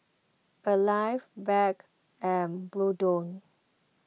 Alive Bragg and Bluedio